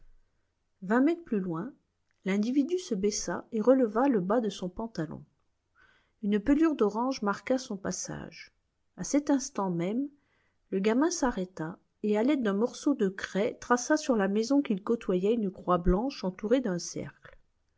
vingt mètres plus loin l'individu se baissa et releva le bas de son pantalon une pelure d'orange marqua son passage à cet instant même le gamin s'arrêta et à l'aide d'un morceau de craie traça sur la maison qu'il côtoyait une croix blanche entourée d'un cercle